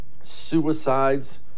suicides